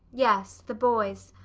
yes, the boys.